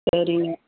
சரிங்க